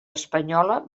espanyola